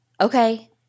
Okay